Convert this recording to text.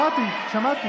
שמעתי.